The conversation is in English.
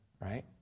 right